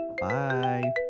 Bye